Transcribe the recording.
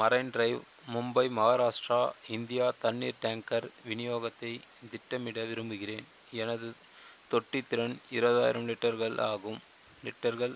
marine drive Mumbai Maharashtra India தண்ணீர் tanker விநியோகத்தை திட்டமிட விரும்புகிறேன் எனது தொட்டித்திறன் இருவதாயிரம் லிட்டர்கள் ஆகும் லிட்டர்கள்